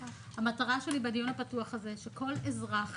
המטרה שלי בדיון הפתוח הזה, שכל אזרח